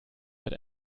mit